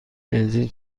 بنزین